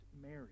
Mary